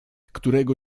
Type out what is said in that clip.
którego